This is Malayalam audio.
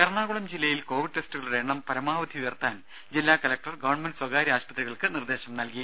ടെട എറണാകുളം ജില്ലയിൽ കൊവിഡ് ടെസ്റ്റുകളുടെ എണ്ണം പരമാവധി ഉയർത്താൻ ജില്ലാ കലക്ടർ ഗവണ്മെന്റ് സ്വകാര്യ ആശുപത്രികൾക്ക് നിർദ്ദേശം നൽകി